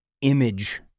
image